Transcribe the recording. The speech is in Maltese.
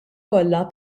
kollha